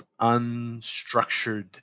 unstructured